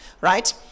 right